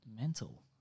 Mental